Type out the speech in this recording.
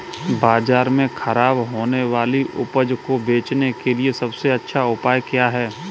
बाजार में खराब होने वाली उपज को बेचने के लिए सबसे अच्छा उपाय क्या है?